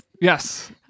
Yes